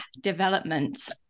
developments